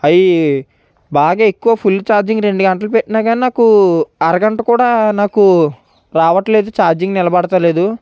అయి బాగా ఎక్కువ ఫుల్ ఛార్జింగ్ రెండు గంటలు పెట్టినా కూడా నాకు అరగంట కూడా నాకు రావట్లేదు ఛార్జింగ్ నిలబడతలేదు